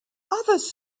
others